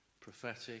prophetic